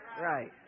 Right